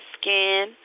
skin